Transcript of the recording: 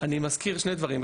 אני מזכיר שני דברים.